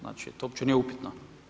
Znači to uopće nije upitno.